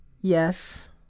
yes